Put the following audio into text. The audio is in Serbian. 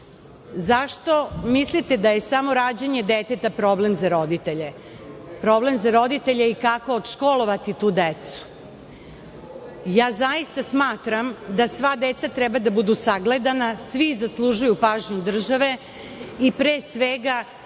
mislite da je samo rađanje deteta problem za roditelje? Problem za roditelje je i kako odškolovati tu decu. Zaista, ja smatram da sva deca treba da budu sagledana, svi zaslužuju pažnju države i pre svega